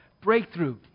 breakthrough